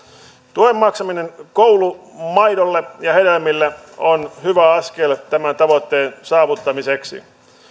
tuen maksaminen koulumaidolle ja hedelmille on hyvä askel tämän tavoitteen saavuttamiseksi